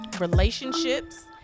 relationships